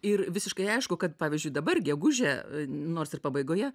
ir visiškai aišku kad pavyzdžiui dabar gegužę nors ir pabaigoje